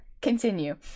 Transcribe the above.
Continue